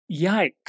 Yikes